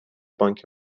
بانک